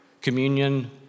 Communion